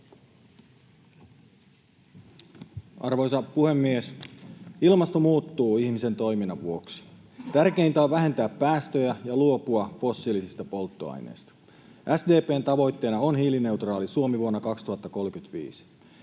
Arvoisa puhemies! Ilmasto muuttuu ihmisen toiminnan vuoksi. Tärkeintä on vähentää päästöjä ja luopua fossiilisista polttoaineista. SDP:n tavoitteena on hiilineutraali Suomi vuonna 2035.